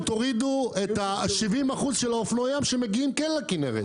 תורידו 70 אחוז מאופנועי הים שכן מגיעים לכנרת.